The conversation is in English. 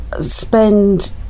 spend